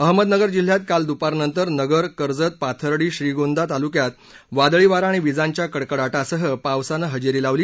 अहमदनगर जिल्ह्यात काल दुपारनंतर नगर कर्जत पाथर्डी श्रीगोंदा तालुक्यात वादळी वारा आणि विजांच्या कडकडाटासह पावसानं हजेरी लावली